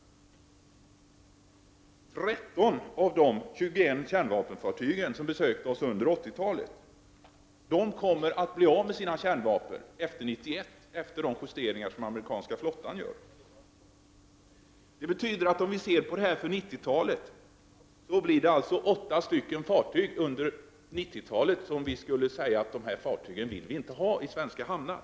13 av de 21 kärnvapenfartyg som besökte Sverige under 1980-talet kommer efter år 1991 att bli av med sina kärnvapen efter de justeringar som den amerikanska flottan kommer att göra. Om vi ser på läget under 1990-talet kan vi om åtta fartyg säga: Dessa fartyg vill vi inte ha i svenska hamnar.